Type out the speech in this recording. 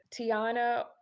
Tiana